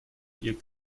ihr